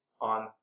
on